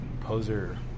poser